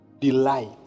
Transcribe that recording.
Delight